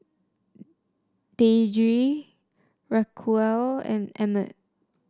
Deirdre Raquel and Emmet